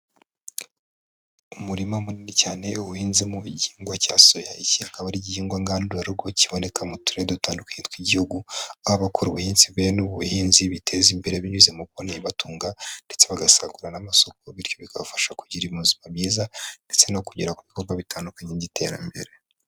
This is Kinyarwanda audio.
Umurima munini cyane uhinzemo igihingwa cya soya, icyi akaba ari igihingwa ngandurarugo kiboneka mu turere dutandukanye tw'igihugu, aho abakora bene ubu buhinzi biteza imbere binyuze mukobona ibibatunga, ndetse bagasagurira n'amasoko, bityo bikabafasha kugira ubuzima bwiza, ndetse no kugera ku bikorwa bitandukanye by'iterambere.